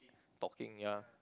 talking ya